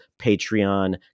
Patreon